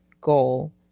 goal